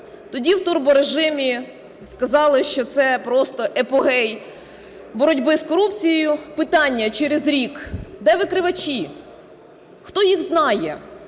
Тоді в турборежимі сказали, що це просто апогей боротьби з корупцією. Питання через рік: де викривачі, хто їх знає?